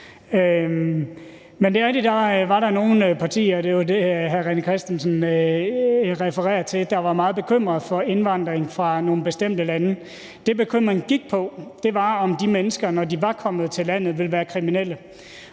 partier – det er jo det, hr. René Christensen refererer til – der var meget bekymrede for indvandringen fra nogle bestemte lande. Det, den bekymring gik på, var, om de mennesker, når de var kommet til landet, ville være kriminelle.